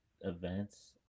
events